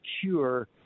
Cure